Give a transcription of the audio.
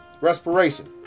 respiration